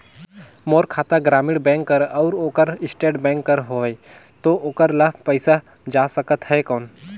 मोर खाता ग्रामीण बैंक कर अउ ओकर स्टेट बैंक कर हावेय तो ओकर ला पइसा जा सकत हे कौन?